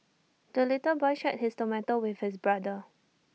the little boy shared his tomato with his brother